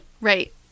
Right